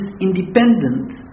independent